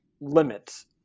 limits